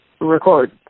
record